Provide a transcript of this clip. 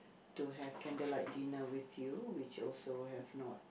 to have candlelight dinner with you which also have not